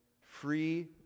Free